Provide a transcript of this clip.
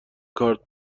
کارت